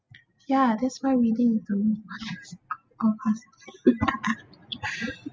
ya that's why reading or past